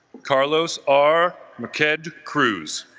carlos are mikeg cruz